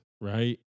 right